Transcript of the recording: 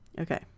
Okay